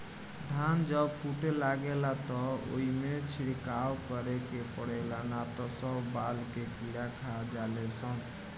धान जब फूटे लागेला त ओइमे छिड़काव करे के पड़ेला ना त सब बाल के कीड़ा खा जाले सन